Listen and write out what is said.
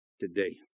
today